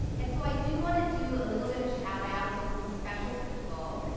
and so i do want to do a little bit of shout outs to some special people.